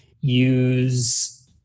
use